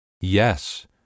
Yes